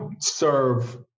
serve